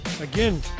Again